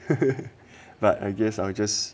but I guess I will just